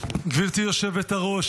גברתי היושבת-ראש,